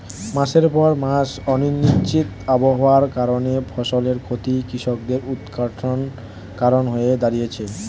মাসের পর মাস অনিশ্চিত আবহাওয়ার কারণে ফসলের ক্ষতি কৃষকদের উৎকন্ঠার কারণ হয়ে দাঁড়িয়েছে